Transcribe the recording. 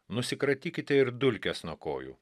nusikratykite ir dulkes nuo kojų